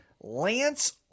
lance